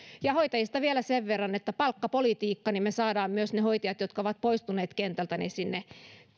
hoitajista vielä sen verran palkkapolitiikka niin me saamme myös ne hoitajat jotka ovat poistuneet kentältä sinne